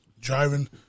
driving